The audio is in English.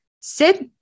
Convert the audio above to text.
sit